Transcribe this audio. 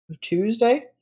Tuesday